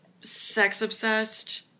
Sex-obsessed